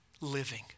living